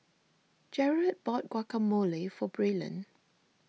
Jerod bought Guacamole for Braylon